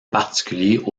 particulier